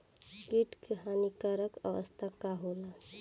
कीट क हानिकारक अवस्था का होला?